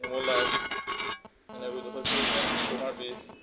কমল দাস এনেকৈ যথেষ্টকেইখন সৌমাৰ পীঠ